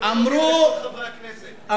מעניין שלכנסת זה לא מגיע, לחברי הכנסת.